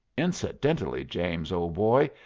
incidentally, james, old boy,